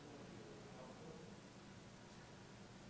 (2)סירב בית חולים ציבורי כללי לספק לקופת חולים שירותי בריאות,